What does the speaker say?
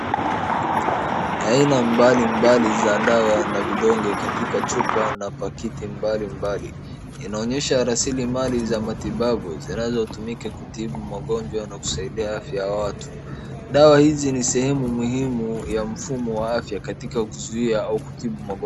Aina mbalimbali za dawa na vidonge katika chupa na pakiti mbalimbali, inaonyesha rasili mbalimbali za matibabu zinazotumika kutibu magonjwa na kusaidia afya ya watu, dawa hizi ni sehemu muhimu ya mfumo wa afya katika kuzuia au kutibu magonjwa.